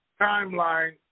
timeline